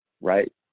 right